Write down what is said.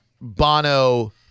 bono